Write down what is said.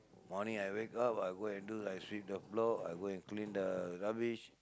morning I wake up I go and do like sweep the floor I go and clean the rubbish